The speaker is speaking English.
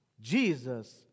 Jesus